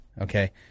Okay